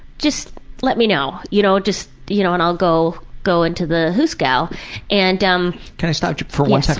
just let me know, you know, just. you know and i'll go go into the hoosegow and um. can i stop you for one second?